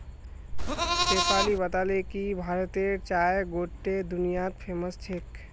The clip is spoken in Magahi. शेफाली बताले कि भारतेर चाय गोट्टे दुनियात फेमस छेक